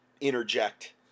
interject